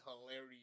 hilarious